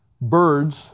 birds